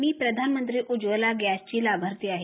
मी प्रधानमंत्री उज्ज्वला गॅसची लाभार्थी आहे